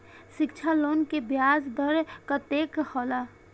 शिक्षा लोन के ब्याज दर कतेक हौला?